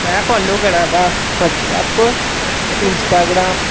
में फालो करा दा बटसऐप इंस्टाग्राम